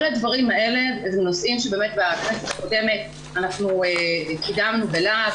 כל הדברים האלה אלה נושאים שבכנסת הקודמת קידמנו בלהב,